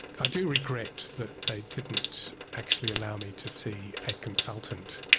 i do regret that they didn't actually allow me to see a consultant.